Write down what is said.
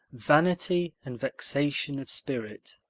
vanity and vexation of spirit